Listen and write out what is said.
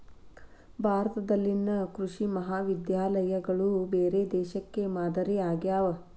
ಭಾರತದಲ್ಲಿನ ಕೃಷಿ ಮಹಾವಿದ್ಯಾಲಯಗಳು ಬೇರೆ ದೇಶಕ್ಕೆ ಮಾದರಿ ಆಗ್ಯಾವ